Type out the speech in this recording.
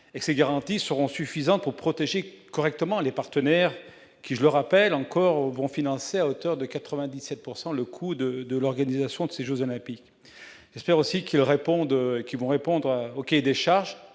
et ces garanties seront suffisantes pour protéger correctement les partenaires qui je le rappelle encore vont financer à hauteur de 97 pourcent le coût de de l'organisation de ces Jeux olympiques, j'espère aussi qu'ils répondent qu'ils vont